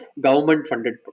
government-funded